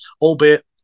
albeit